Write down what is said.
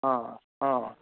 অ' অ'